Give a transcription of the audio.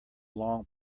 long